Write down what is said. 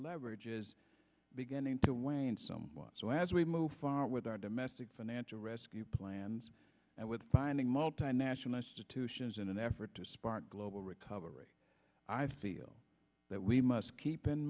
leverage is beginning to wane some so as we move forward with our domestic financial rescue plans and with finding multinationals to sions in an effort to spark a global recovery i feel that we must keep in